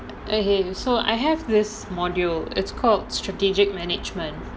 okay so I have this module it's called strategic management